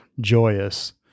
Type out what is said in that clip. joyous